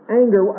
anger